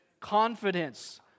Confidence